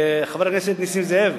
חבר הכנסת נסים זאב,